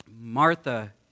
Martha